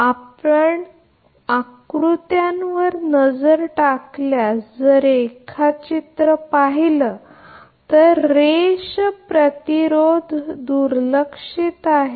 म्हणूनच मुळात आपण आकृत्यामध्ये नजर टाकल्यास जर रेखाचित्र पाहिलं तर रेष प्रतिरोध दुर्लक्षित आहे